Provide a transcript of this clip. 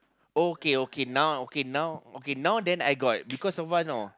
okay okay now okay now okay now then I got because so far no